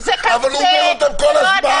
אבל הוא אומר אותם כל הזמן.